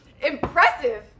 Impressive